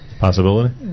Possibility